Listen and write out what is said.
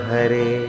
Hare